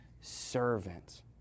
servant